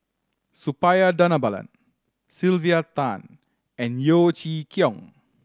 Suppiah Dhanabalan Sylvia Tan and Yeo Chee Kiong